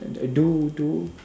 uh do do